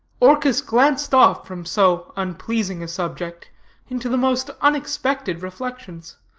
orchis glanced off from so unpleasing a subject into the most unexpected reflections,